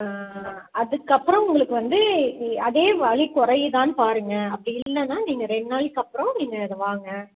அதுக்கப்புறம் உங்களுக்கு வந்து அதே வலி குறையுதானு பாருங்க அப்படி இல்லைனா நீங்கள் ரெண்டு நாளைக்கப்பறோம் நீங்கள் இங்கே வாங்க